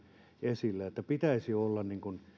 esille että pitäisi olla